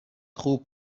خوب